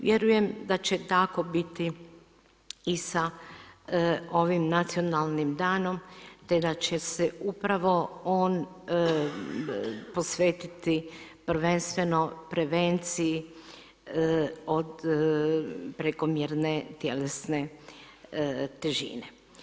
Vjerujem da će tako biti i sa ovim nacionalnim danom, te da će se upravo on posvetiti prvenstveno prevenciji od prekomjerne tjelesne težine.